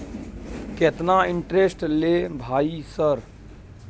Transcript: केतना इंटेरेस्ट ले भाई सर?